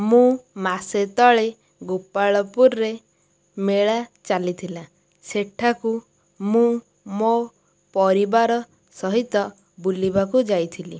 ମୁଁ ମାସେ ତଳେ ଗୋପାଳପୁରରେ ମେଳା ଚାଲି ଥିଲା ସେଠାକୁ ମୁଁ ମୋ ପରିବାର ସହିତ ବୁଲିବାକୁ ଯାଇଥିଲି